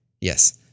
Yes